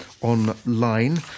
online